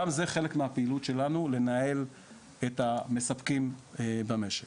גם זה חלק מהפעילות שלנו לנהל את המספקים במשק.